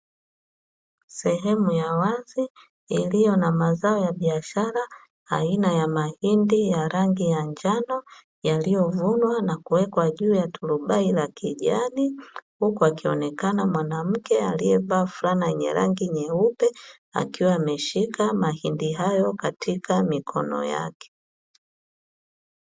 Sehemu ya wazi iliyo na mazao ya biashara aina ya mahindi ya rangi ya njano, yalivyovunwa na kuwekwa juu ya trubai la kijani, huku akionekana mwanamke aliyevaa fulana ya rangi nyeupe akiwa ameshika mahindi hayo katika mikono yake.